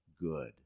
good